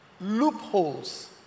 loopholes